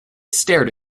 stared